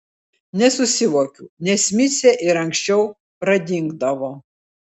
nesusivokiau nes micė ir anksčiau pradingdavo